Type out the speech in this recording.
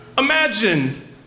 Imagine